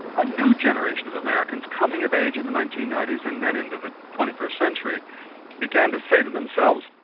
ah new generation of americans coming of age in the nineteen ninety s and then into the twenty first century began to say to themselves,